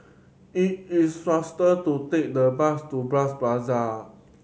it is faster to take the bus to Bras Basah